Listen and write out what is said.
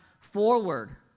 forward